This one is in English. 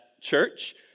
church